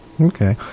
Okay